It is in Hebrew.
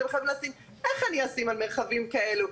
איך אני אשים על מרחבים כאלה.